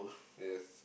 yes